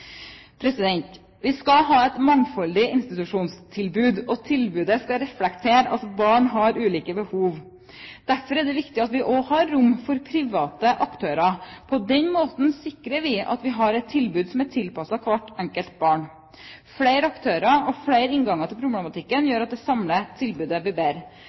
Vi skal ha et mangfoldig institusjonstilbud, og tilbudet skal reflektere at barn har ulike behov. Derfor er det viktig at vi også har rom for private aktører. På den måten sikrer vi at vi har et tilbud som er tilpasset hvert enkelt barn. Flere aktører og flere innganger til problematikken gjør at det samlede tilbudet blir bedre.